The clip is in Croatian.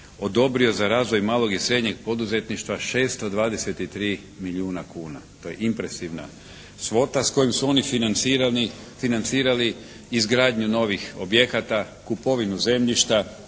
odobrio za razvoj malog i srednjeg poduzetništva 623 milijuna kuna. To je impresivna svota s kojom su oni financirali izgradnju novih objekata, kupovinu zemljišta,